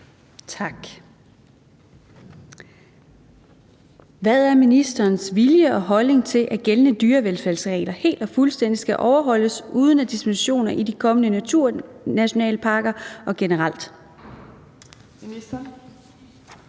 (V): Hvad er ministerens vilje og holdning til, at gældende dyrevelfærdsregler helt og fuldstændigt skal overholdes uden dispensationer i de kommende naturnationalparker og generelt?